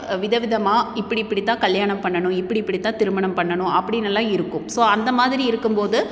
வித விதமாக இப்படி இப்படி தான் கல்யாணம் பண்ணணும் இப்படி இப்படி தான் திருமணம் பண்ணணும் அப்படினெல்லாம் இருக்கும் ஸோ அந்த மாதிரி இருக்கும்போது